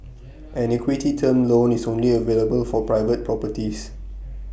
an equity term loan is only available for private properties